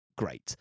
great